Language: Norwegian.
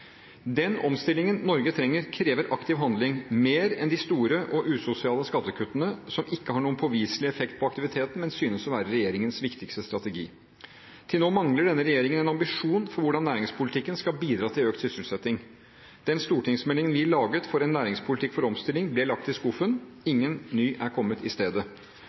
Den omstillingen Norge trenger, krever aktiv handling – mer enn de store og usosiale skattekuttene som ikke har noen påviselig effekt på aktiviteten, men synes å være regjeringens viktigste strategi. Til nå mangler denne regjeringen en ambisjon for hvordan næringspolitikken skal bidra til økt sysselsetting. Den stortingsmeldingen vi laget for en næringspolitikk for omstilling, ble lagt i skuffen. Ingen ny er kommet i stedet.